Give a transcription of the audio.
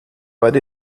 but